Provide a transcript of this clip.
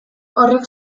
horrek